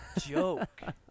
joke